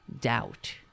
doubt